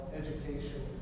education